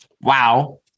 wow